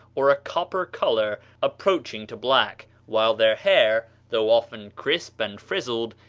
or a copper color approaching to black, while their hair, though often crisp and frizzled,